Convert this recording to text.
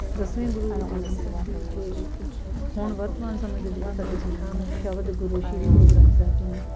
ਦਸਵੇਂ ਗੁਰੂ ਗੋਬਿੰਦ ਸਿੰਘ ਜੀ ਅਤੇ ਹੁਣ ਵਰਤਮਾਨ ਸਮੇਂ ਦੇ ਜਿਹੜੇ ਸਾਡੇ ਗੁਰੂ ਨੇ ਉਹ ਸ਼ਬਦ ਗੁਰੂ ਸ਼੍ਰੀ ਗੁਰੂ ਗ੍ਰੰਥ ਸਾਹਿਬ ਜੀ ਨੇ